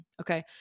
Okay